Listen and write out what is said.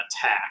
attack